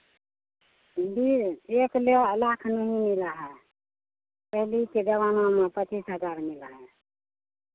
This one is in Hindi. इन्दि एक लाख नहीं मिला है के जमाना में पच्चीस हज़ार मिला है